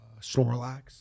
Snorlax